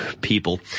people